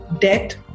debt